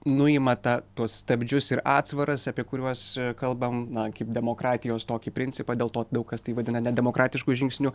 nuima tą tuos stabdžius ir atsvaras apie kuriuos kalbam na kaip demokratijos tokį principą dėl to daug kas tai vadina nedemokratišku žingsniu